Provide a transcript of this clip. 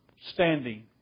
standing